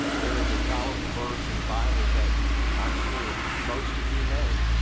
there is a powerful verse in the bible that i'm sure most of you know.